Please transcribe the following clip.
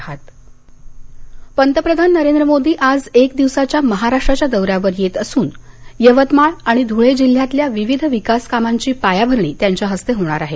पंतप्रधान यवतमाळ धळे पंतप्रधान नरेंद्र मोदी आज एक दिवसाच्या महाराष्ट्राच्या दौऱ्यावर येत असून यवतमाळ आणि धुळे जिल्ह्यातल्या विविध विकास कामांची पायाभरणी त्यांच्या हस्ते होणार आहे